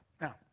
Now